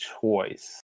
choice